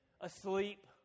Asleep